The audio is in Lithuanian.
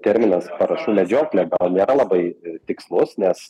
terminas parašų medžioklė nėra labai tikslus nes